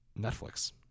Netflix